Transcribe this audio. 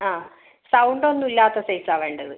ആ സൗണ്ടൊന്നും ഇല്ലാത്ത സൈസാ വേണ്ടത്